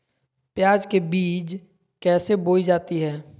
प्याज के बीज कैसे बोई जाती हैं?